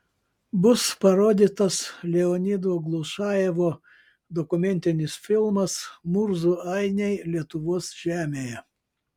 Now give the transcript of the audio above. bus parodytas leonido glušajevo dokumentinis filmas murzų ainiai lietuvos žemėje